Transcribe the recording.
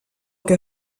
que